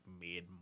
made